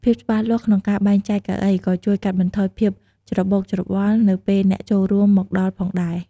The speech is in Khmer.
ភាពច្បាស់លាស់ក្នុងការបែងចែកកៅអី ក៏ជួយកាត់បន្ថយភាពច្របូកច្របល់នៅពេលអ្នកចូលរួមមកដល់ផងដែរ។